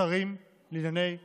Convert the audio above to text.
השרים לענייני חקיקה,